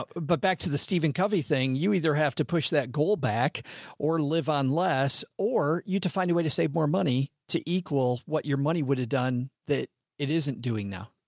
but but back to the stephen covey thing, you either have to push that goal back or live on less, or you have to find a way to save more money to equal what your money would have done that it isn't doing now.